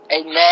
amen